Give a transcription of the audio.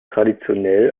traditionell